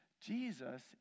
Jesus